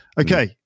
Okay